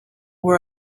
were